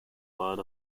part